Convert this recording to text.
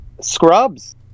scrubs